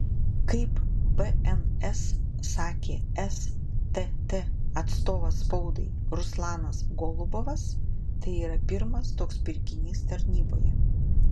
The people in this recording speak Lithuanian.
kaip bns sakė stt atstovas spaudai ruslanas golubovas tai yra pirmas toks pirkinys tarnyboje